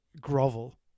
grovel